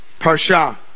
Parsha